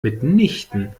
mitnichten